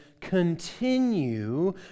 continue